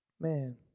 man